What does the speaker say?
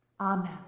Amen